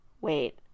Wait